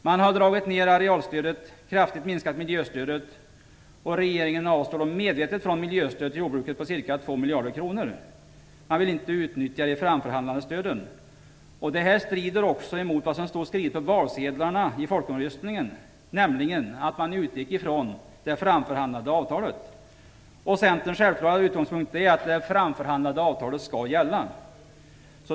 Man har dragit ner arealstödet och kraftigt minskat miljöstödet. Regeringen avstår medvetet från miljöstöd till jordbruket på ca 2 miljarder kronor. Man vill inte utnyttja de framförhandlade stöden. Detta strider emot vad som stod skrivet på valsedlarna i folkomröstningen, nämligen att man utgick ifrån det framförhandlade avtalet. Centerns självklara utgångspunkt är att det framförhandlade avtalet skall gälla.